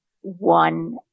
one